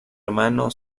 hermano